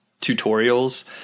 tutorials